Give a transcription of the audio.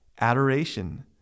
adoration